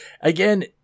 Again